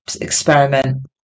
experiment